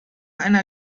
einer